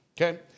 okay